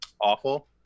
awful